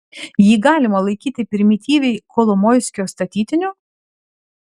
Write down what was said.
jį galima laikyti primityviai kolomoiskio statytiniu